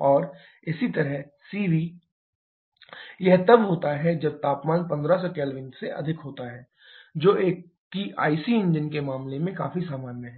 CP a b1T b2T2 और इसी तरह Cv ā b1T b2T2 यह तब होता है जब तापमान 1500 K से अधिक होता है जो कि आईसी इंजन के मामले में काफी सामान्य है